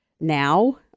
now